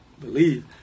believe